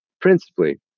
principally